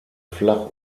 flach